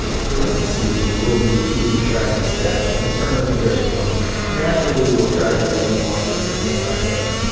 throughout the season, and we'll be keeping track of the stats that concern us the very most. naturally, we'll track their win-loss record, game by game.